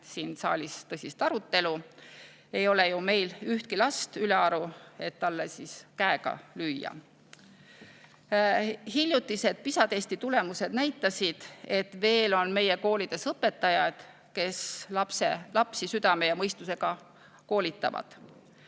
siin saalis tõsist arutelu. Ei ole ju meil ühtegi last ülearu, et talle käega lüüa. Hiljutised PISA testi tulemused näitasid, et veel on meie koolides õpetajad, kes lapsi südame ja mõistusega koolitavad.